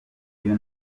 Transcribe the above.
iyo